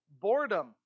Boredom